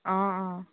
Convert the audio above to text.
অঁ অঁ